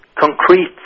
concrete